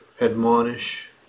admonish